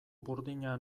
burdina